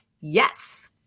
Yes